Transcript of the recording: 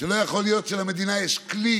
שלא יכול להיות שלמדינה יש כלי